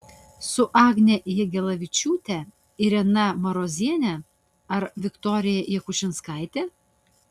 su agne jagelavičiūte irena maroziene ar viktorija jakučinskaite